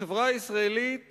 החברה הישראלית